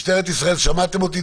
משטרת ישראל, שמעתם אותי?